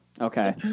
Okay